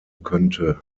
könnte